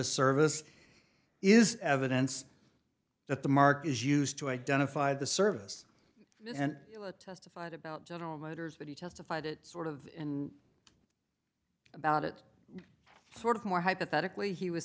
a service is evidence that the market is used to identify the service and testified about general motors but he testified it sort of about it sort of more hypothetically he was